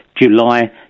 July